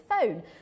phone